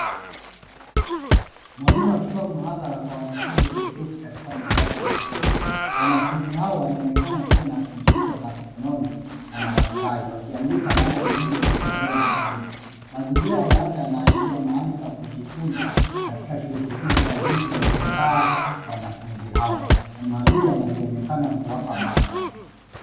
Mwalimu akitoa mhadhara kwa wanafunzi walioketi katika madawati ya chuo. Wanafunzi hao wanaonekana kuwa na kompyuta za mkononi na madaftari wakiandika mada muhimu inayotolewa na mwalimu. Mazingira ya darasa yanaashiria mahali pa kujifunza katika chuo kikuu, kwa jinsi walivyokaa wanafunzi hao na mhadhiri anavyoonekana kuwapa mada.